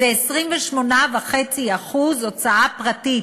זה 28.5% הוצאה פרטית,